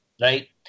right